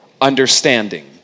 understanding